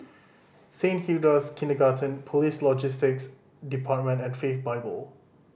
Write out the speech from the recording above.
Saint Hilda's Kindergarten Police Logistics Department and Faith Bible